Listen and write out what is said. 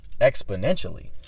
exponentially